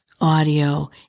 audio